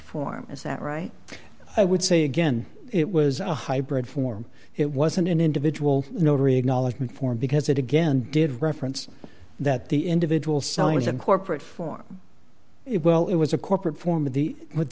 form is that right i would say again it was a hybrid form it wasn't an individual notary acknowledgement form because it again did reference that the individual signs and corporate form it well it was a corporate form